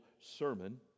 Sermon